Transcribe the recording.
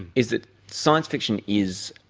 is that science fiction is,